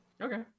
Okay